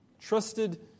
Trusted